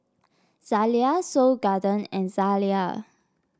Zalia Seoul Garden and Zalia